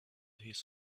his